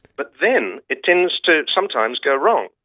but then it tends to sometimes go wrong,